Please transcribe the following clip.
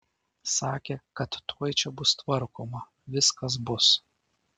sakė kad tuoj čia bus tvarkoma viskas bus